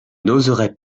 n’oserait